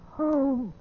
home